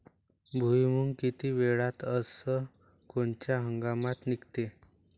भुईमुंग किती वेळात अस कोनच्या हंगामात निगते?